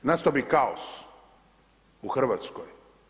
Nastao bi kaos u Hrvatskoj.